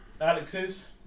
Alex's